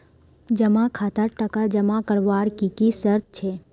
जमा खातात टका जमा करवार की की शर्त छे?